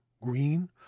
green